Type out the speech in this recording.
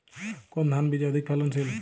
কোন ধান বীজ অধিক ফলনশীল?